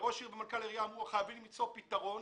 והם אמרו: "חייבים למצוא פתרון